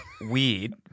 weird